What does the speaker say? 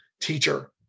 teacher